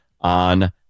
on